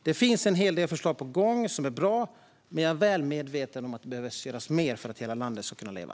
Det finns en hel del bra förslag på gång, men jag är väl medveten om att det behöver göras mer för att hela landet ska kunna leva.